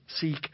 seek